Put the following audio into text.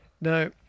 Now